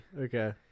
Okay